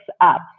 up